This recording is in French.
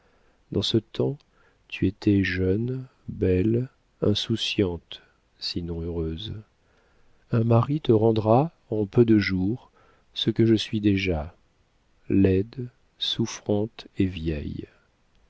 dans ce temps tu étais jeune belle insouciante sinon heureuse un mari te rendra en peu de jours ce que je suis déjà laide souffrante et vieille